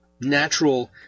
natural